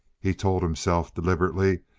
he told himself, deliberately,